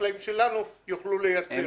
החקלאים שלנו יוכלו לייצר.